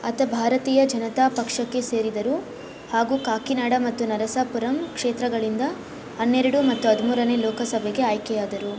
ಆತ ಭಾರತೀಯ ಜನತಾ ಪಕ್ಷಕ್ಕೆ ಸೇರಿದರು ಹಾಗೂ ಕಾಕಿನಾಡ ಮತ್ತು ನರಸಾಪುರಂ ಕ್ಷೇತ್ರಗಳಿಂದ ಹನ್ನೆರಡು ಮತ್ತು ಹದಿಮೂರನೇ ಲೋಕಸಭೆಗೆ ಆಯ್ಕೆಯಾದರು